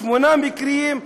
שמונה מקרים,